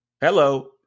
Hello